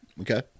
Okay